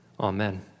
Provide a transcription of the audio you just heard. Amen